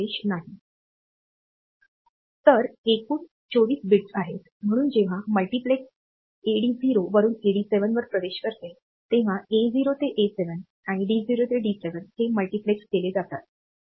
तर एकूण 24 बिट्स आहेत म्हणून जेव्हा मल्टीप्लेक्स AD0 वरून AD7 वर प्रवेश करतेतेव्हा A0 ते A7 आणि D0 ते D7 हे मल्टीप्लेक्स केले जातात